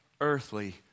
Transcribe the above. earthly